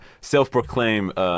self-proclaimed